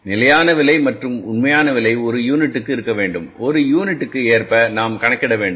ஆனால் நிலையான விலை மற்றும் உண்மையான விலை ஒரு யூனிட்டுக்கு இருக்க வேண்டும் ஒரு யூனிட்டுக்கு ஏற்ப நாம் கணக்கிட வேண்டும்